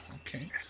okay